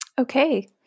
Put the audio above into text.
Okay